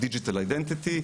Digital Identity,